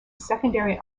secondary